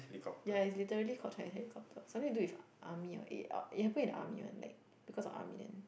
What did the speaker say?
ya it's literally called Chinese helicopter something with do with army or a~ or it happened in army one like because of army then